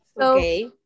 Okay